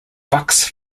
bucks